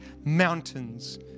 mountains